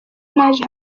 naje